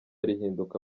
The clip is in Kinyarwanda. rihinduka